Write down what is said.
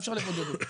אי אפשר לבודד אותם.